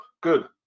good